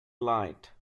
light